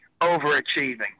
overachieving